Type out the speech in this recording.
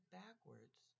backwards